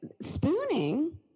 spooning